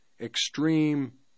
extreme